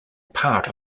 part